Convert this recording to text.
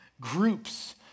groups